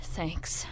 Thanks